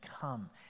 come